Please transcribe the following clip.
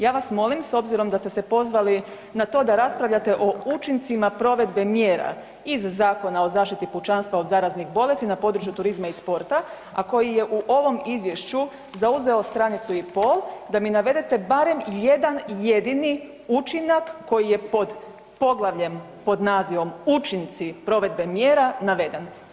Ja vas molim s obzirom da ste se pozvali na to da raspravljate o učincima provedbe mjera iz Zakona o zaštiti pučanstva od zaraznih bolesti na području turizma i sporta, a koji je u ovom izvješću zauzeo stranicu i pol, da mi navedene barem jedan jedini učinak koji je pod poglavljem pod nazivom Učinci provedbe mjera, naveden.